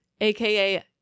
aka